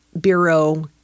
Bureau